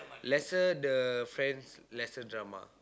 lesser the friends lesser drama